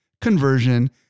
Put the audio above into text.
conversion